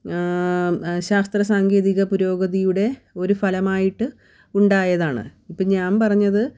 ശാസ്ത്രസാങ്കേതിക പുരോഗതിയുടെ ഒരു ഫലമായിട്ട് ഉണ്ടായതാണ് ഇപ്പം ഞാൻ പറഞ്ഞത്